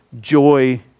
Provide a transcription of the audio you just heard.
joy